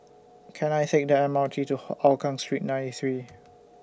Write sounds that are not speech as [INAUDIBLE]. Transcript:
Can I Take The M R T to [UNINTELLIGIBLE] Hougang Street ninety three